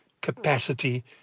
capacity